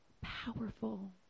powerful